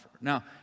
Now